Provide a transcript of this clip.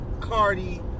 Cardi